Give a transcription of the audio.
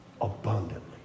abundantly